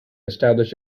establish